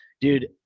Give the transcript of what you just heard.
dude